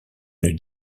une